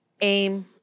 AIM